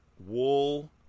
wool